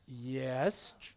Yes